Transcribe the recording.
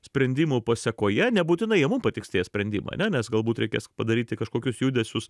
sprendimų pasekoje nebūtinai jie mum patiks tie sprendimai ane nes galbūt reikės padaryti kažkokius judesius